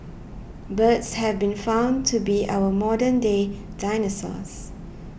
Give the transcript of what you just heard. birds have been found to be our modern day dinosaurs